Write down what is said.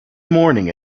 morning